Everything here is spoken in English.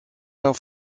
off